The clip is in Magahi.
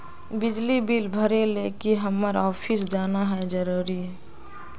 बिजली बिल भरे ले की हम्मर ऑफिस जाना है जरूरी है?